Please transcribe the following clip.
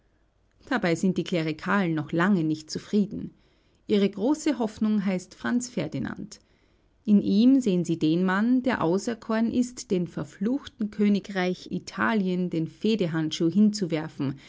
dabei sind die klerikalen noch lange nicht zufrieden ihre große hoffnung heißt franz ferdinand in ihm sehen sie den mann der auserkoren ist dem verfluchten königreich italien den fehdehandschuh hinzuwerfen